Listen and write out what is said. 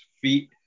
feet